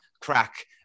crack